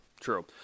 true